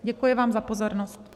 Děkuji vám za pozornost.